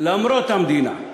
למרות המדינה,